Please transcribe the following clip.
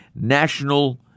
national